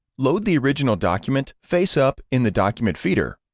load the original document face-up in the document feeder,